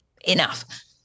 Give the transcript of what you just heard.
enough